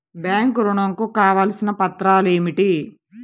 Bank ఋణం కు కావలసిన పత్రాలు ఏమిటి?